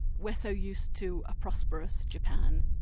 we're so used to a prosperous japan.